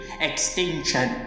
extinction